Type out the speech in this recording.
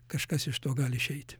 kažkas iš to gali išeiti